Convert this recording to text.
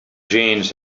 jeans